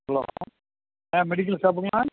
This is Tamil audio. ஹலோ ஆ மெடிக்கல் ஷாப்புங்களா